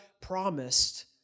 promised